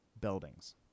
buildings